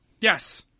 Yes